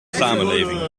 samenleving